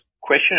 question